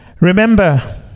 Remember